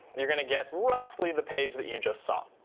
you're going to get roughly the page that you just saw.